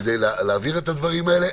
כדי להעביר את הדברים האלה.